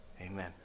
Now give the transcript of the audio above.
amen